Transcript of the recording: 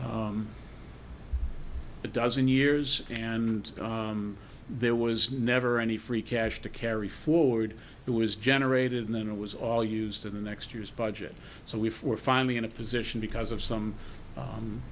a dozen years and there was never any free cash to carry forward it was generated and then it was all used in the next year's budget so we were finally in a position because of some